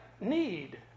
need